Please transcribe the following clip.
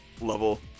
level